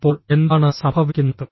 അപ്പോൾ എന്താണ് സംഭവിക്കുന്നത്